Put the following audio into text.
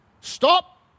Stop